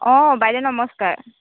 অঁ বাইদেউ নমস্কাৰ